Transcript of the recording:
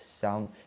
sound